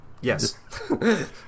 Yes